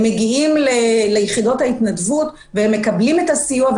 הם מגיעים ליחידות ההתנדבות ומקבלים את הסיוע.